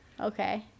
Okay